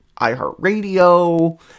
iHeartRadio